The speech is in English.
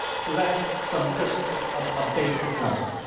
so that's some just a basic number